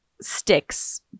sticks